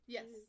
Yes